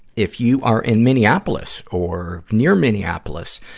if you are in minneapolis, or near minneapolis,